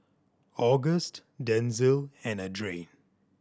August Denzil and Adrain